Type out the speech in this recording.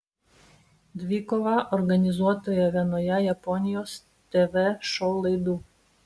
dvikovą organizuotoje vienoje japonijos tv šou laidų